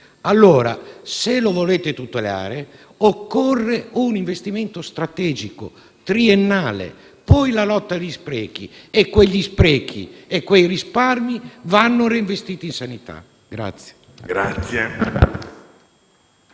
veramente lo volete tutelare, occorre un investimento strategico, triennale. Poi la lotta agli sprechi e quegli sprechi e quei risparmi vanno reinvestiti in sanità.